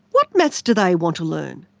what maths do they want to learn?